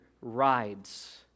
rides